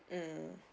mm